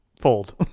fold